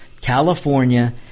California